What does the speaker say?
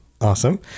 Awesome